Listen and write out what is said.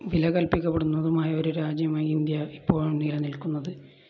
വില കൽപ്പിക്കപ്പെടുന്നതുമായ ഒരു രാജ്യമായി ഇന്ത്യ എപ്പോഴും നിലനിൽക്കുന്നത്